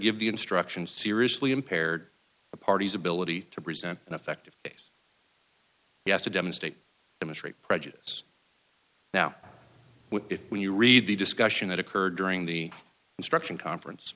give the instructions seriously impaired the parties ability to present an effective you have to demonstrate demonstrate prejudice now if when you read the discussion that occurred during the instruction conference